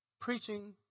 preaching